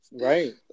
right